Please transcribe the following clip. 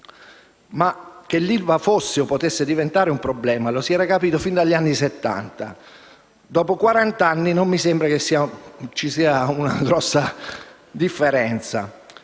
Che l'ILVA fosse o potesse diventare un problema lo si era capito sin dagli anni Settanta. Dopo quarant'anni, non mi sembra che ci sia una grossa differenza.